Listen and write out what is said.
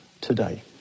today